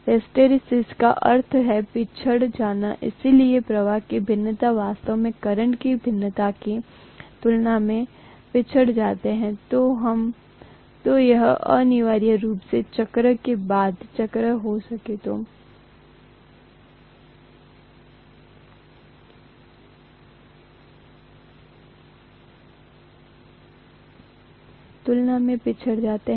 hysteresis का अर्थ है पिछड़ जाना इसलिए प्रवाह में भिन्नता वास्तव में करंट की भिन्नता की तुलना में पिछड़ जाती है